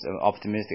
optimistic